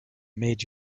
made